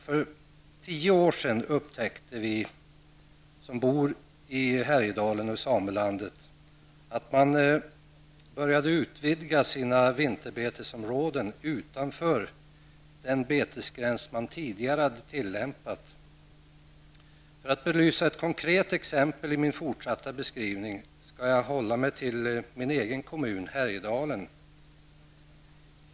För tio år sedan upptäckte vi som bor i Härjedalen och i samelandet att samerna började utvidga sina vinterbetesområden utanför den betesgräns som man tidigare tillämpat. För att i min fortsatta beskrivning ta ett konkret exempel skall jag hålla mig till min egen kommun, Härjedalen.